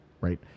right